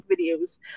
videos